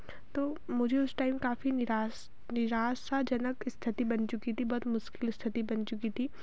तो मुझे उस टाइम काफ़ी निराश निराशाजनक स्थिति बन चुकी थी बहुत मुश्किल स्थिति बन चुकी थी